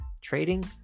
trading